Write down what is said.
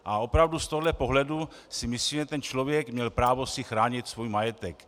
A opravdu z tohoto pohledu si myslím, že ten člověk měl právo chránit svůj majetek.